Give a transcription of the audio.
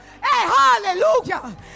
hallelujah